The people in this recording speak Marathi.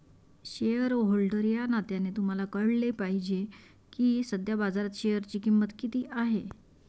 शेअरहोल्डर या नात्याने तुम्हाला कळले पाहिजे की सध्या बाजारात शेअरची किंमत किती आहे